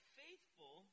faithful